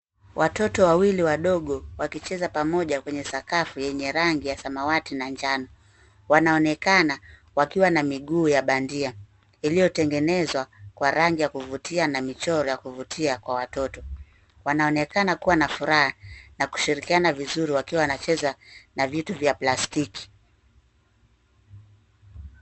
Watoto wawili wadogo wakicheza kwenye sakafu yenye rangi ya samawati na njano. Wanaonekana wakiwa na miguu ya bandia iliyotengenezwa kwa rangi ya kuvutia na michoro ya kuvutia kwa watoto. Wanaonekana kuwa na furaha na kushirikiana vizuri wakiwa wanacheza na vitu za plastiki.